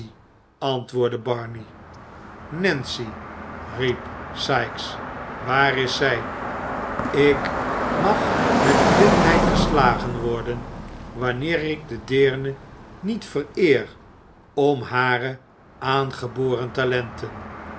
antwoordde barney nancy riep sikes waar is zij ik mag met blindheid geslagen worden wanneer ik de deerne niet vereer om hare aangeboren talenten